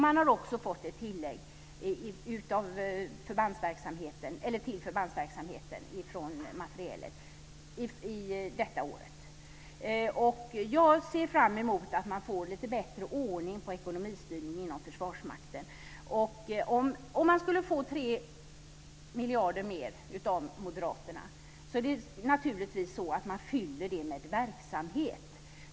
Man har också fått ett tillägg till förbandsverksamheten från materielsidan detta år. Jag ser fram emot att man får lite bättre ordning på ekonomistyrningen inom Försvarsmakten. Om man skulle få tre miljarder mer av Moderaterna är det naturligtvis så att man fyller det med verksamhet.